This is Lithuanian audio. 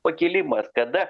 pakilimas kada